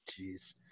Jeez